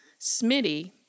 Smitty